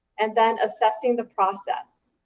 and then assessing the process.